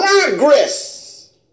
Progress